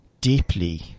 deeply